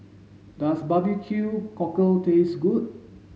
does barbecue cockle taste good